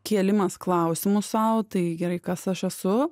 kėlimas klausimus sau tai gerai kas aš esu